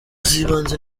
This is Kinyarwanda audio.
z’ibanze